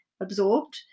absorbed